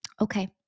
okay